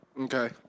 Okay